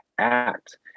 Act